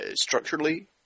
structurally